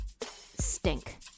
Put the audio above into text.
stink